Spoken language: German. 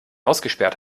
ausgesperrt